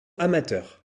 amateur